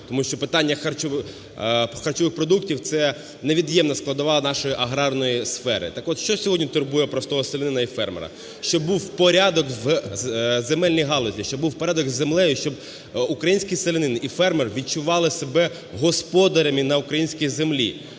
тому що питання харчових продуктів – це невід'ємна складова нашої аграрної сфери. Так от, що сьогодні турбує простого селянина і фермера? Щоб був порядок в земельній галузі, щоб був порядок з землею, щоб український селянин і фермер відчували себе господарями на українській землі.